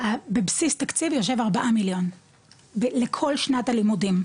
בבסיס תקציב יושב ארבעה מיליון לכל שנת הלימודים,